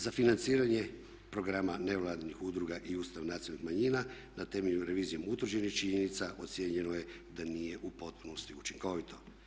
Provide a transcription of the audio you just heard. Za financiranje programa nevladinih udruga i ustroj nacionalnih manjina na temelju revizijom utvrđenih činjenica ocijenjeno je da nije u potpunosti učinkovito.